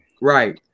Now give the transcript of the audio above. right